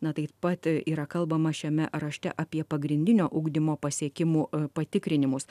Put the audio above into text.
na taip pat yra kalbama šiame rašte apie pagrindinio ugdymo pasiekimų patikrinimus